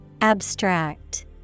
Abstract